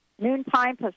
noontime